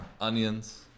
onions